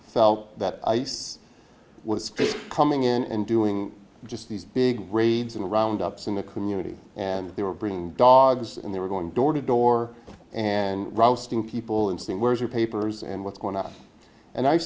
felt that ice was coming in and doing just these big raids and round ups in the community and they were bringing dogs in they were going door to door and roasting people and saying where's your papers and what's going on and i